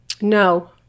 No